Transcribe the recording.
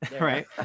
Right